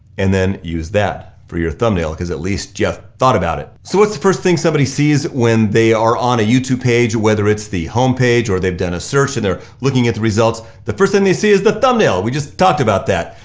and then use that for your thumbnail cause at least you thought about it. so what's the first thing somebody sees when they are on a youtube page, whether it's the home page or they've done a search and they're looking at the results? the first thing they see is the thumbnail. we just talked about that.